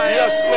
yes